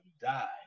die